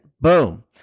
boom